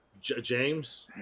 James